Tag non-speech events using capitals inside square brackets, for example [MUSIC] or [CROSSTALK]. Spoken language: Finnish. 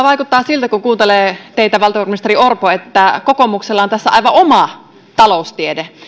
[UNINTELLIGIBLE] vaikuttaa siltä kun kuuntelee teitä valtiovarainministeri orpo että kokoomuksella on tässä aivan oma taloustiede